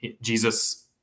Jesus